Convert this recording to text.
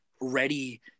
ready